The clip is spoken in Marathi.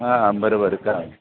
हां हां बरोबर का